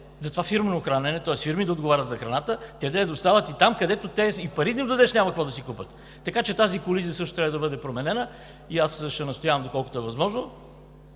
какво ще правят?! Идеята е фирми да отговарят за храната, те да я доставят и там, където и пари да им дадеш, няма какво да си купят. Така че тази колизия също трябва да бъде променена. Аз ще настоявам, доколкото е възможно,